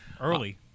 early